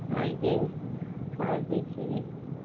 आइए और देखिए